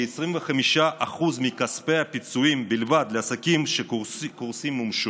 כ-25% בלבד מכספי הפיצויים לעסקים שקורסים מומשו.